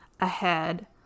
ahead